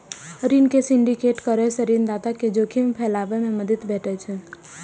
ऋण के सिंडिकेट करै सं ऋणदाता कें जोखिम फैलाबै मे मदति भेटै छै